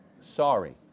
sorry